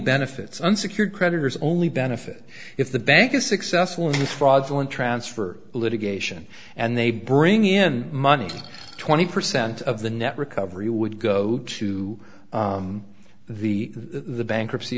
benefits unsecured creditors only benefit if the bank is successful in this fraudulent transfer litigation and they bring in money twenty percent of the net recovery would go to the the bankruptcy